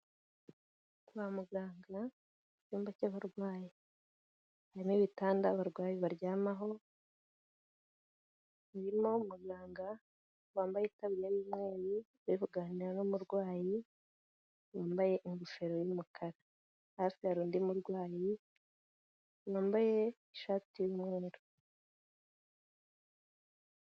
Kwa muganga mu cyumba cy'abarwayi. Harimo ibitanda abarwayi baryamaho, birimo umuganga wambaye itaburiya y'umweru, uri kuganira n'umurwayi wambaye ingofero y'umukara. Hafi hari undi murwayi wambaye ishati y'umweru.